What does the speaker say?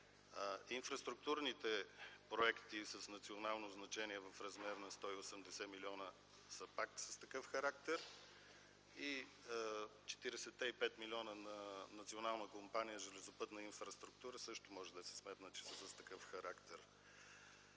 Инфраструктурните проекти с национално значение в размер на 180 милиона са пак с такъв характер и 45-те милиона на Национална компания „Железопътна инфраструктура” също може да се сметнат, че са от такъв характер.